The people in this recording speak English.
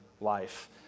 life